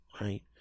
right